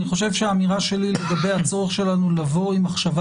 אני חושב שהאמירה שלי לגבי הצורך שלנו לבוא עם מחשבה